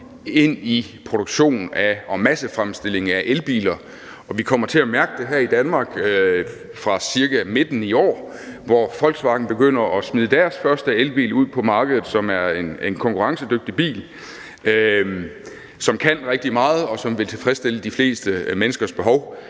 ind i produktion og massefremstilling af elbiler. Vi kommer til at mærke det her i Danmark fra omkring midten af i år, hvor Volkswagen begynder at smide deres første elbil ud på markedet. Det er en konkurrencedygtig bil, som kan rigtig meget, og som vil tilfredsstille de fleste menneskers behov.